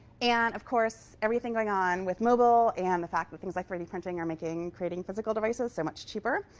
and of course, everything going on with mobile, and the fact with things like three d printing are making creating physical devices so much cheaper